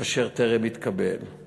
אשר טרם התקבלה.